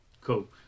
Cool